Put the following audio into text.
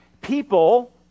People